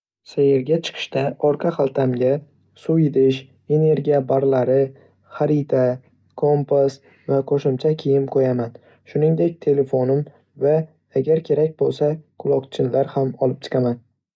Sayrga chiqishda, orqa xaltamga suv idish, energiya barlari, xarita, kompas va qo'shimcha kiyim qo'yaman. Shuningdek, telefonim va, agar kerak bo'lsa, quloqchinlar ham olib chiqaman.